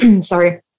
Sorry